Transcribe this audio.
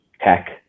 tech